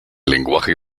lenguaje